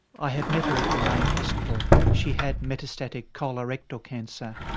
i had met her at the main hospital. she had metastatic colorectal cancer.